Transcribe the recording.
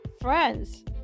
friends